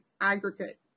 aggregate